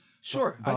Sure